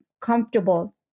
comfortable